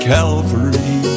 Calvary